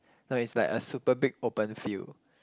not it's like a super big open field